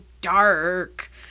dark